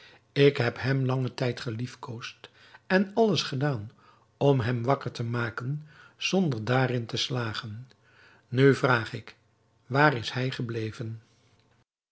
ik heb hem langen tijd geliefkoosd en alles gedaan om hem wakker te maken zonder daarin te slagen nu vraag ik waar hij is gebleven